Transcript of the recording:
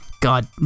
god